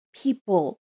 people